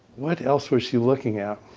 what else was she looking at?